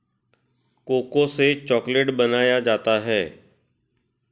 cocoa से chocolate बनाया जाता है